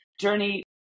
journey